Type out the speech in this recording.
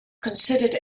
considered